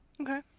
Okay